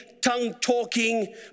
tongue-talking